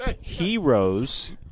heroes